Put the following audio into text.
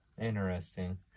Interesting